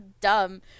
dumb